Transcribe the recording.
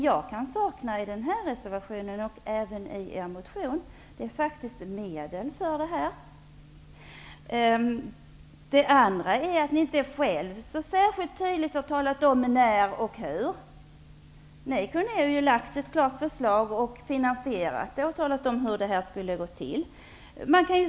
I den här reservationen, och även i er motion, saknar jag faktiskt medel för detta. Dessutom har ni inte själva så särskilt tydligt talat om när och hur det skall ske. Ni kunde ju ha lagt fram ett klart och finansierat förslag där ni talat om hur det skulle gå till.